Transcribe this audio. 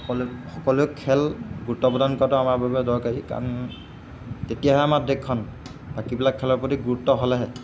সকলো সকলো খেল গুৰুত্ব প্ৰদান কৰাটো আমাৰ বাবে দৰকাৰী কাৰণ তেতিয়াহে আমাৰ দেশখন বাকীবিলাক খেলৰ প্ৰতি গুৰুত্ব হ'লেহে